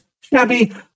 shabby